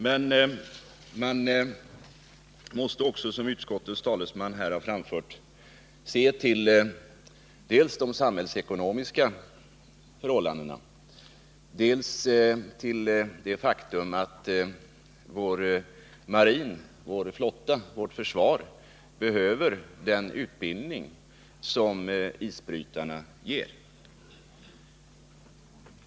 Men man måste också — som utskottets talesman här har anfört — ta hänsyn till dels de samhällsekonomiska förhållandena, dels det faktum att vår marin, vår flotta, vårt försvar behöver den utbildning som isbrytarna ger.